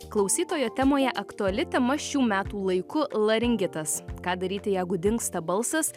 klausytojo temoje aktuali tema šių metų laiku laringitas ką daryti jeigu dingsta balsas